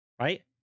right